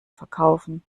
verkaufen